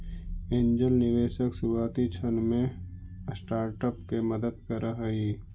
angel निवेशक शुरुआती क्षण में स्टार्टअप के मदद करऽ हइ